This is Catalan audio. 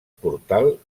portal